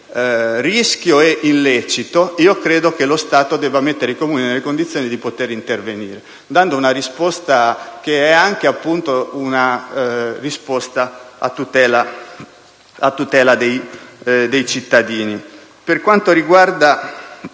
rischio e illecito, credo che lo Stato debba mettere i Comuni nelle condizioni di intervenire, dando una risposta che è anche a tutela dei cittadini. Per quanto riguarda